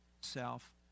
self